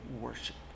worship